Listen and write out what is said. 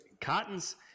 Cotton's